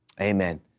Amen